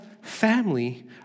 family